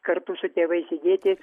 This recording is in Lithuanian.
kartu su tėvais sėdėti